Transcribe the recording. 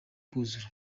kuzura